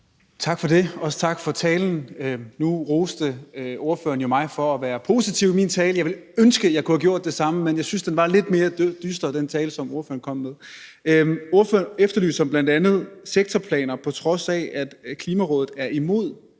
Tak for det, og også tak for talen. Nu roste ordføreren jo mig for at være positiv i min tale. Jeg ville ønske, at jeg kunne have gjort det samme, men jeg synes, at den tale, som ordføreren kom med, var lidt mere dyster. Ordføreren efterlyser bl.a. sektorplaner, på trods af at Klimarådet er imod